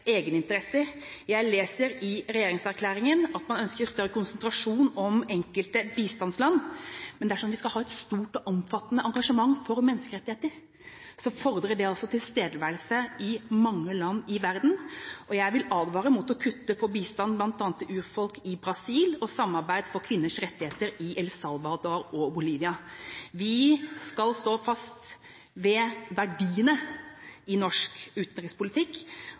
egeninteresser. Jeg leser i regjeringserklæringen at man ønsker større konsentrasjon om enkelte bistandsland. Men dersom vi skal ha et stort og omfattende engasjement for menneskerettigheter, fordrer det også tilstedeværelse i mange land i verden. Jeg vil advare mot å kutte i bistand bl.a. til urfolk i Brasil og til samarbeid for kvinners rettigheter i El Salvador og Bolivia. Vi skal stå fast ved verdiene i norsk utenrikspolitikk,